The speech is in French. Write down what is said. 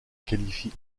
qualifie